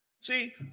See